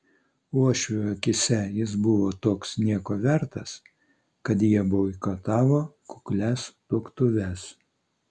uošvių akyse jis buvo toks nieko vertas kad jie boikotavo kuklias tuoktuves